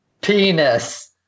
Penis